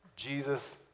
Jesus